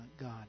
God